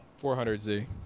400Z